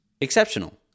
exceptional